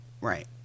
Right